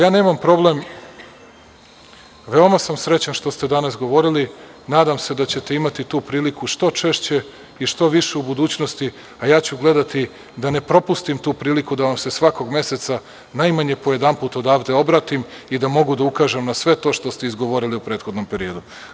Nemam problem, veoma sam srećan što ste danas govorili, nadam se da ćete imati tu priliku što češće i što više u budućnosti, a ja ću gledati da ne propustim tu priliku da vam se svakog meseca najmanje po jedanput odavde obratim i da mogu da ukažem na sve to što ste izgovorili u prethodnom periodu.